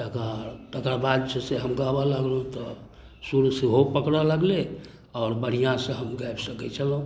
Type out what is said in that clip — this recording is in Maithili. तकर तकरबाद जे छै से हम गाबै लगलहुँ तऽ सुर सेहो पकड़ऽ लगलै आओर बढ़िआँसँ हम गाबि सकैत छलहुँ